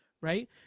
Right